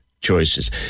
choices